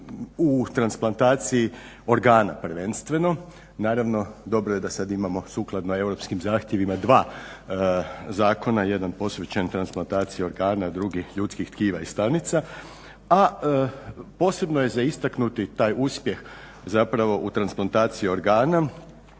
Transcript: u transplantaciji organa prvenstveno naravno dobro je da sad imamo sukladno europskim zahtjevima dva zakona, jedan posvećen transplantaciji organa drugi ljudskih tkiva i stanica. A posebno je za istaknuti taj uspjeh zapravo u transplantaciji organa